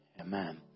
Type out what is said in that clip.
amen